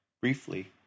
Briefly